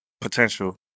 potential